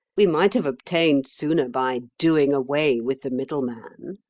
we might have obtained sooner by doing away with the middleman.